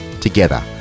together